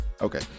okay